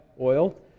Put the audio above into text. oil